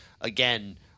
again